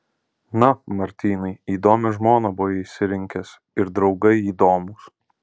na martynai įdomią žmoną buvai išsirinkęs ir draugai įdomūs